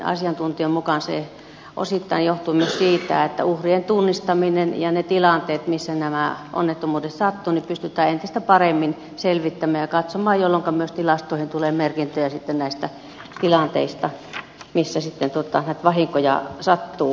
asiantuntijan mukaan se osittain johtuu myös siitä että uhrien tunnistaminen ja ne tilanteet missä nämä onnettomuudet sattuvat pystytään entistä paremmin selvittämään ja katsomaan jolloinka myös tilastoihin tulee merkintöjä näistä tilanteista missä näitä vahinkoja sattuu